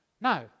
Now